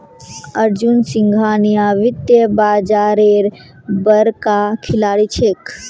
अर्जुन सिंघानिया वित्तीय बाजारेर बड़का खिलाड़ी छिके